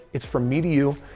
it's from me to you,